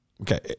Okay